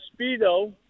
speedo